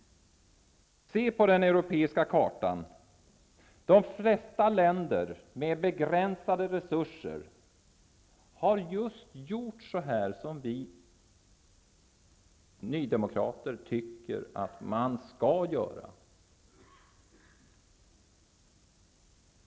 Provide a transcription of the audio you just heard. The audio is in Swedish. Se på den europeiska kartan. De flesta länder med begränsade resurser har gjort just på det sätt, som vi nydemokrater anser att man skall göra.